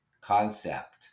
concept